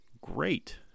great